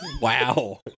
wow